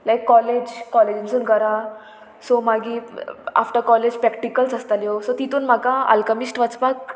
लायक college कॉलेजीनसून घरा so मागी आफ्टर कॉलेज प्रॅक्टीकल्स आसताल्यो सो तितून म्हाका आल्कमिस्ट वचपाक